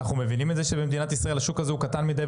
אנחנו מבינים שאת זה שבמדינת ישראל השוק הזה קטן מדיי,